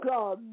God